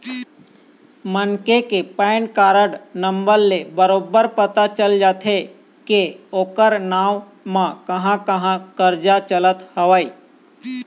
मनखे के PAN card number ले बरोबर पता चल जाथे के ओखर नांव म कहाँ कहाँ करजा चलत हवय